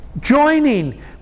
joining